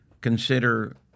consider